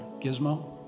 gizmo